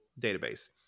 database